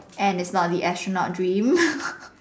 and it's not the astronaut dream